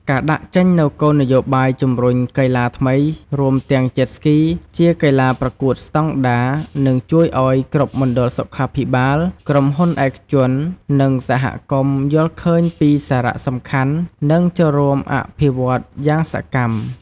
ការដាក់ចេញនូវគោលនយោបាយជំរុញកីឡាថ្មី រួមទាំង Jet Ski ជាកីឡាប្រកួតស្ដង់ដារ នឹងជួយឱ្យគ្រប់មណ្ឌលសុខាភិបាល ក្រុមហ៊ុនឯកជន និងសហគមន៍ យល់ឃើញពីសារៈសំខាន់ និងចូលរួមអភិវឌ្ឍន៍យ៉ាងសកម្ម។